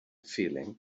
feeling